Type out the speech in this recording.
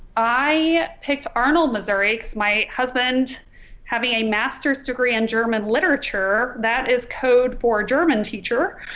i picked arnold missouri cuz my husband having a master's degree in german literature that is code for a german teacher.